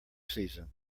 season